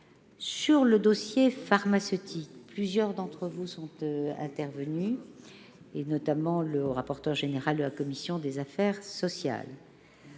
Sur le dossier pharmaceutique, plusieurs d'entre vous sont intervenus, notamment M. le rapporteur général de la commission des affaires sociales.